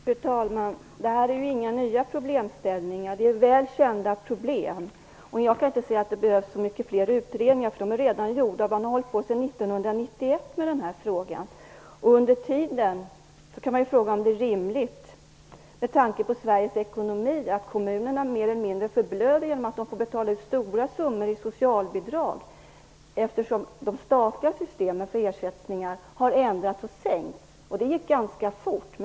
Fru talman! Detta är inga nya problemställningar. Problemen är väl kända. Jag kan inte se att det behövs fler utredningar. De är redan gjorda. Man har arbetat sedan 1991 med den här frågan. Under tiden kan man - med tanke på Sveriges ekonomi - fråga sig om det är rimligt att kommunerna mer eller mindre förblöder genom att de får betala ut stora summor i socialbidrag nu när det statliga systemet har ändrats och ersättningarna har sänkts. Och det gick ganska fort.